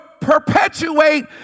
perpetuate